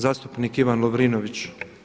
Zastupnik Ivan Lovrinović.